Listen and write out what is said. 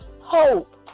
hope